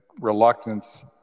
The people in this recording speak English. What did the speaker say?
reluctance